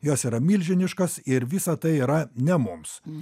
jos yra milžiniškos ir visa tai yra ne mums